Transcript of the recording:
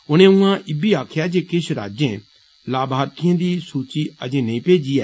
उनें उयां इब्बी आक्खेआ जे किष राज्यें लाभार्थिएं दी सूची अजें नेईं भेजी ऐ